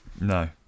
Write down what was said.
No